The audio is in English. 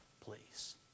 please